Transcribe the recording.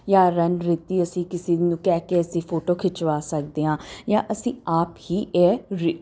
ਜਾਂ ਰਣਨੀਤੀ ਅਸੀਂ ਕਿਸੇ ਨੂੰ ਅਸੀਂ ਕਹਿ ਕੇ ਅਸੀਂ ਫੋਟੋ ਖਿਚਵਾ ਸਕਦੇ ਹਾਂ ਜਾਂ ਅਸੀਂ ਆਪ ਹੀ ਇਹ ਰੀ